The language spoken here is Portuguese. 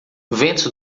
ventos